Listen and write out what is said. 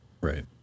Right